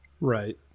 Right